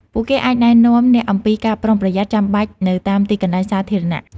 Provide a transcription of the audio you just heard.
ពួកគេអាចណែនាំអ្នកអំពី ការប្រុងប្រយ័ត្ន ចាំបាច់នៅតាមទីកន្លែងសាធារណៈ។